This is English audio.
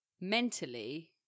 Mentally